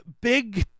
big